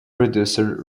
producer